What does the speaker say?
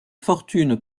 fortune